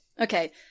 Okay